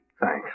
Thanks